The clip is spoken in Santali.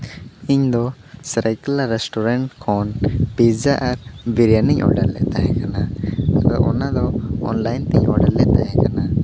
ᱤᱧᱫᱚ ᱥᱟᱹᱨᱟᱹᱭᱠᱮᱞᱞᱟ ᱨᱮᱥᱴᱩᱨᱮᱱᱴ ᱠᱷᱚᱱ ᱯᱤᱡᱽᱡᱟ ᱟᱨ ᱵᱤᱨᱭᱟᱱᱤᱧ ᱚᱰᱟᱨ ᱞᱮᱫ ᱛᱟᱦᱮᱸ ᱠᱟᱱᱟ ᱟᱫᱚ ᱚᱱᱟ ᱫᱚ ᱚᱞᱱᱟᱭᱤᱱ ᱛᱤᱧ ᱚᱰᱟᱨ ᱞᱮᱫ ᱛᱟᱦᱮᱸ ᱠᱟᱱᱟ